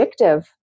addictive